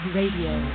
Radio